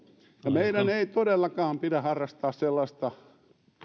meidän ei todellakaan pidä harrastaa sellaista